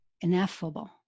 ineffable